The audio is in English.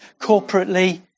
corporately